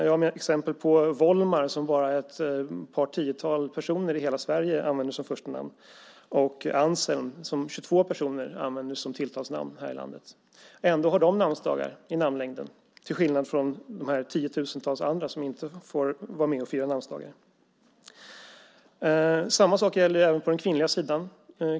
Till exempel är det bara ett tiotal personer som använder Volmar som förstanamn och 22 personer som använder Anselm som tilltalsnamn här i landet. Ändå har de namnsdagar och finns med i namnlängden till skillnad från de tiotusentals andra som inte får vara med och fira namnsdagar. Samma sak gäller på den kvinnliga sidan.